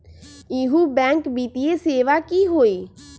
इहु बैंक वित्तीय सेवा की होई?